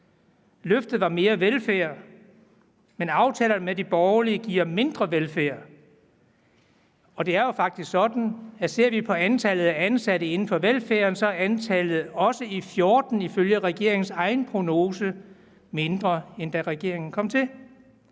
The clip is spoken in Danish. Løftet var mere velfærd, men aftalerne med de borgerlige giver mindre velfærd, og det er jo faktisk sådan, at hvis vi ser på antallet af ansatte inden for velfærden, kan vi se, at antallet også i 2014 ifølge regeringens egen prognose vil være mindre, end da regeringen kom til.